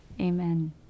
amen